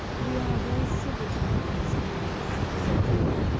we are very civil to her in these parts, said doom,